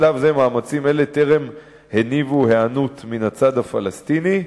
בשלב זה מאמצים אלה טרם הניבו היענות מן הצד הפלסטיני.